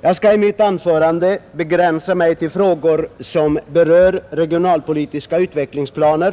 Jag skall i mitt anförande begränsa mig till frågor som berör regionalpolitiska utvecklingsplaner.